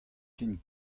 ken